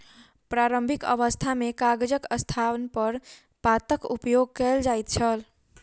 प्रारंभिक अवस्था मे कागजक स्थानपर पातक उपयोग कयल जाइत छल